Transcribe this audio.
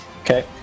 Okay